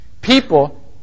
people